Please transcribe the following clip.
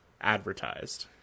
advertised